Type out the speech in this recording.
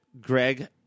Greg